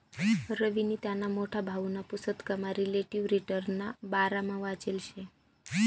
रवीनी त्याना मोठा भाऊना पुसतकमा रिलेटिव्ह रिटर्नना बारामा वाचेल शे